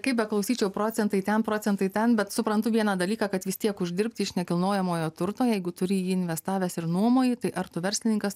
kaip beklausyčiau procentai ten procentai ten bet suprantu vieną dalyką kad vis tiek uždirbti iš nekilnojamojo turto jeigu turi į jį investavęs ir nuomoji tai ar tu verslininkas